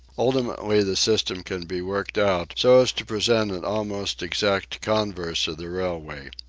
ultimately the system can be worked out so as to present an almost exact converse of the railway.